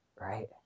right